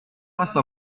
face